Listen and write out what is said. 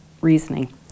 reasoning